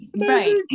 right